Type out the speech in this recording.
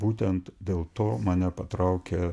būtent dėl to mane patraukė